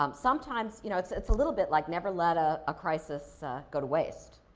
um sometimes, you know it's it's a little bit like, never let ah a crisis go to waste.